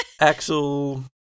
Axel